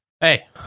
Hey